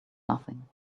nothing